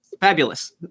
Fabulous